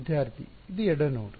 ವಿದ್ಯಾರ್ಥಿ ಎಡ ನೋಡ್